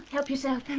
help yourself. and